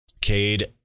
Cade